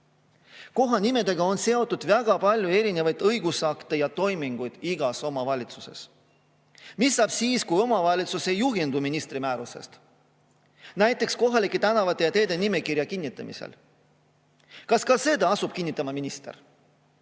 Kohanimedega on seotud väga palju erinevaid õigusakte ja toiminguid igas omavalitsuses. Mis saab siis, kui omavalitsus ei juhindu ministri määrusest kohalike tänavate ja teede nimekirja kinnitamisel? Kas ka seda asub kinnitama minister?